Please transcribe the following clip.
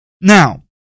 Now